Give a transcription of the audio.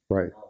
Right